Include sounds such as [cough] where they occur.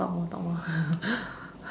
talk more talk more [noise]